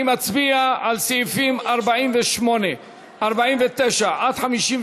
נצביע על סעיפים 48 ו-49 53,